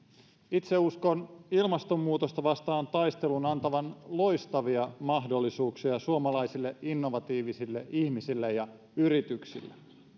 itse uskon ilmastonmuutosta vastaan taistelun antavan loistavia mahdollisuuksia suomalaisille innovatiivisille ihmisille ja yrityksille